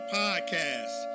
podcast